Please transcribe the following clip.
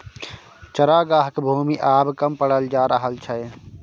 चरागाहक भूमि आब कम पड़ल जा रहल छै